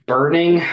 Burning